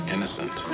Innocent